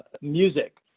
music